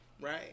Right